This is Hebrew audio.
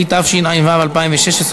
התשע"ו 2016,